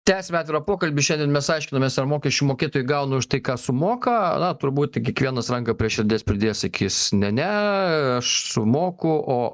tęsiame atvirą pokalbį šiandien mes aiškinamės ar mokesčių mokėtojai gauna už tai ką sumoka na turbūt kiekvienas ranką prie širdies pridėjęs sakys ne ne aš sumoku o